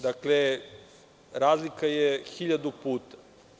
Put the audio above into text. Znači, razlika je hiljadu puta.